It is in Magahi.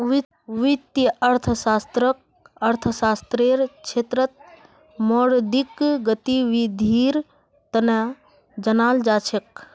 वित्तीय अर्थशास्त्ररक अर्थशास्त्ररेर क्षेत्रत मौद्रिक गतिविधीर तना जानाल जा छेक